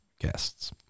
guests